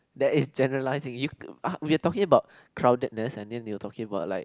that is generalising you we're talking about crowdedness and then you're talking about like